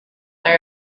they